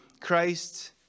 Christ